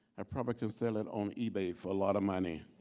i probably could sell it on ebay for a lot of money.